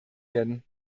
werden